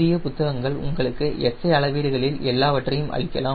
புதிய புத்தகங்கள் உங்களுக்கு SI அளவீடுகளில் எல்லாவற்றையும் அளிக்கலாம்